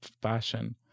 passion